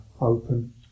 open